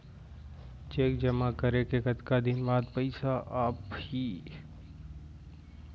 Cheque जेमा करें के कतका दिन बाद पइसा आप ही?